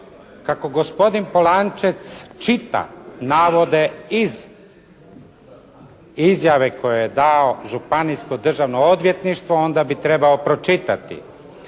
Kako gospodin Polančec čita navode iz izjave koje je dao Županijsko državno odvjetništvo, onda bi trebao pročitati.